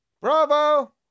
Bravo